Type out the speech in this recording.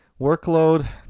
workload